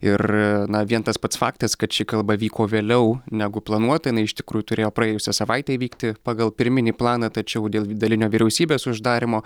ir na vien tas pats faktas kad ši kalba vyko vėliau negu planuota jinai iš tikrųjų turėjo praėjusią savaitę įvykti pagal pirminį planą tačiau dėl dalinio vyriausybės uždarymo